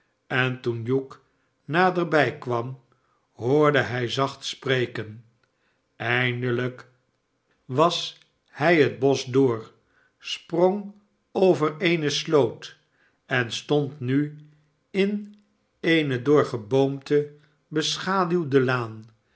en toen hugh naderbij kwam hoorde hij zacht spreken eindelijk was hij het bosch door sprong over eene sloot en stond nu in eene door geboomte beschaduwde laan